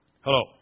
Hello